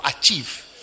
achieve